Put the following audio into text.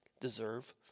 deserve